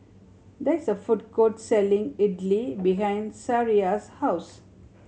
there is a food court selling Idili behind Sariah's house